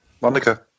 Monica